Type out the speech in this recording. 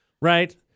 right